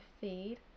feed